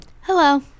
Hello